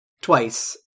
twice